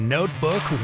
Notebook